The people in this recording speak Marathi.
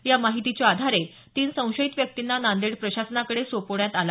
या माहितीच्या आधारे तीन संशयित व्यक्तींना नांदेड प्रशासनाकडे सोपवण्यात आलं